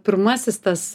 pirmasis tas